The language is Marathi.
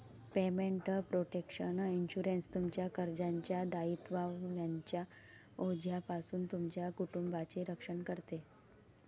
पेमेंट प्रोटेक्शन इन्शुरन्स, तुमच्या कर्जाच्या दायित्वांच्या ओझ्यापासून तुमच्या कुटुंबाचे रक्षण करते